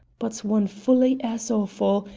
but one fully as awful,